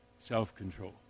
self-control